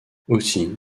aussi